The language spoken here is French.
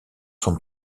sont